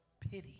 pity